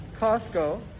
Costco